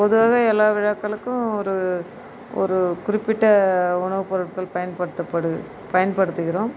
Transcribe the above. பொதுவாக எல்லா விழாக்களுக்கும் ஒரு ஒரு குறிப்பிட்ட உணவுப் பொருட்கள் பயன்படுத்தப்படுது பயன்படுத்திக்கிறோம்